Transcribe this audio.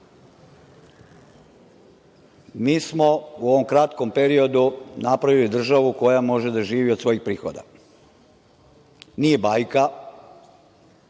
mi smo u ovom kratkom periodu napravili državu koja može da živo od svojih prihoda. Nije bajka,